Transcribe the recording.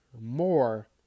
More